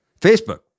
Facebook